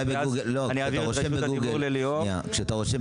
ואני אעביר את רשות הדיבור לליאור.